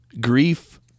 grief